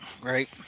right